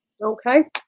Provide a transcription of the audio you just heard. okay